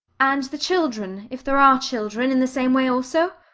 and the children, if there are children, in the same way also?